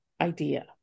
idea